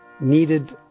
needed